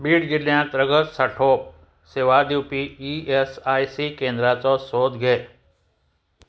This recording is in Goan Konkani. बीड जिल्ल्यांत रगत साठो सेवा दिवपी ई एस आय सी केंद्राचो सोद घे